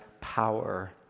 power